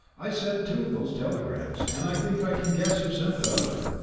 i sent two of those telegrams, and i think i can guess who sent the other.